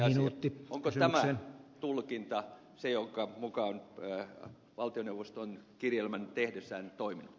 onko tämä tulkinta se jonka mukaan valtioneuvosto on kirjelmän tehdessään toiminut